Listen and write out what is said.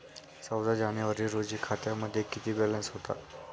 चौदा जानेवारी रोजी खात्यामध्ये किती बॅलन्स होता?